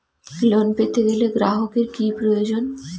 Loan পেতে গেলে গ্রাহকের কি প্রয়োজন?